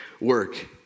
work